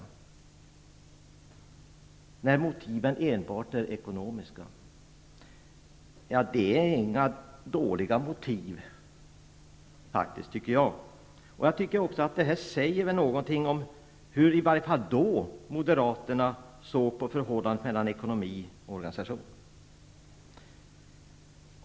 Det är inga dåliga motiv, anser jag. Jag tycker att det här citatet säger någonting om hur moderaterna i varje fall då såg på förhållandet mellan ekonomi och organisation.